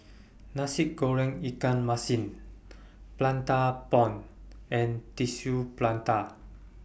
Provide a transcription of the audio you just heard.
Nasi Goreng Ikan Masin Prata Bomb and Tissue Prata